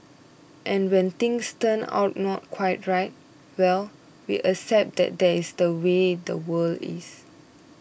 and when things turn out not quite right well we accept that that is the way the world is